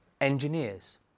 engineers